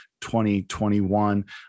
2021